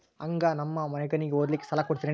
ಹಂಗ ನಮ್ಮ ಮಗನಿಗೆ ಓದಲಿಕ್ಕೆ ಸಾಲ ಕೊಡ್ತಿರೇನ್ರಿ?